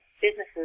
businesses